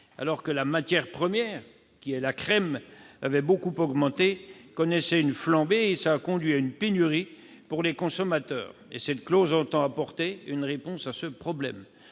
prix de la matière première, la crème, avait beaucoup augmenté et connaissait une flambée, a conduit à une pénurie pour les consommateurs. Cette clause entend apporter une réponse à ce problème.